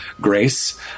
grace